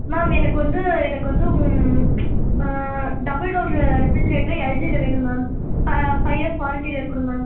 ma'am எனக்கு வந்து எனக்கு வந்து டபுள் டோர் ரெஃப்ரிஜிரேட்டர் எல்ஜியில் வேணும் மேம் ஃபைவ் இயர்ஸ் வாரண்டியில் இருக்கணும் மேம்